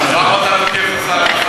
למה אתה תוקף את שר האוצר,